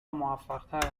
موفقتر